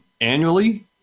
annually